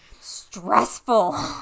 Stressful